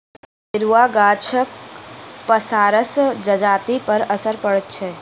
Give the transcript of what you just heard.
अनेरूआ गाछक पसारसँ जजातिपर असरि पड़ैत छै